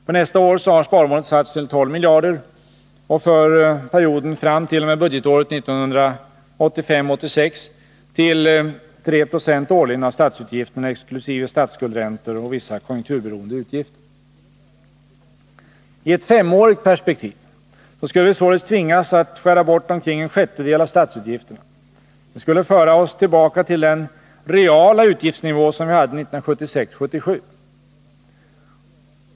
För nästa år har sparmålet satts till 12 miljarder kronor och för perioden fram t.o.m. budgetåret 1985 77.